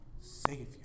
Savior